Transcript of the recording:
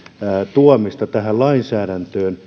tuomista tähän lainsäädäntöön